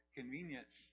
convenience